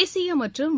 தேசியமற்றும்